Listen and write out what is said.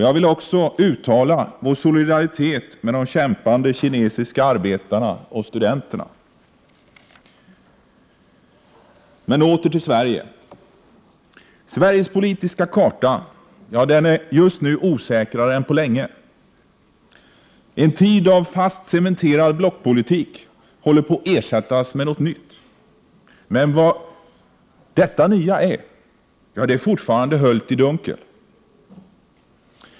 Jag vill även uttala vår solidaritet med de kämpande kinesiska arbetarna och studenterna. Jag återgår nu till Sverige. Sveriges politiska karta är just nu osäkrare än på länge. En tid av fast cementerad blockpolitik håller på att ersättas av något nytt. Det är dock fortfarande höljt i dunkel vad detta nya är.